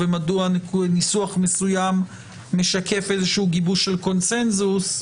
ומדוע ניסוח מסוים משקף איזשהו גיבוש של קונצנזוס.